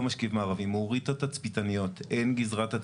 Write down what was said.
מירב בן ארי, יו"ר ועדת ביטחון פנים: עדולם?